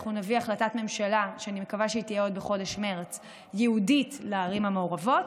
אנחנו נביא החלטת ממשלה ייעודית לערים המעורבות,